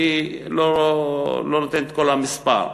אני לא נותן את כל המספר.